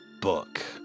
book